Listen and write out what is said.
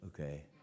Okay